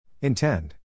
Intend